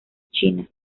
china